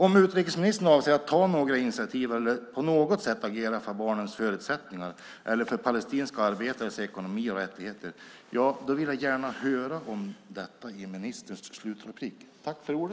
Om utrikesministern avser att ta några initiativ eller på något sätt agera för barnens förutsättningar eller för palestinska arbetares ekonomi och rättigheter, ja, då vill jag gärna höra om detta i ministerns slutanförande.